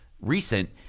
recent